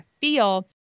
feel